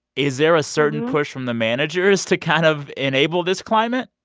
is there a certain push from the managers to kind of enable this climate.